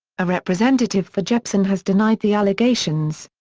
a representative for jepsen has denied the allegations.